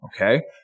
okay